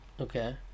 Okay